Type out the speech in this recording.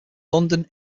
london